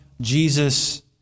Jesus